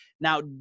Now